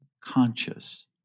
conscious